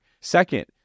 Second